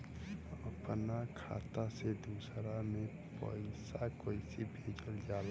अपना खाता से दूसरा में पैसा कईसे भेजल जाला?